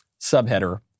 subheader